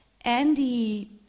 Andy